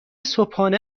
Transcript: صبحانه